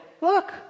look